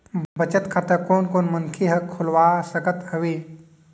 बचत खाता कोन कोन मनखे ह खोलवा सकत हवे?